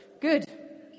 good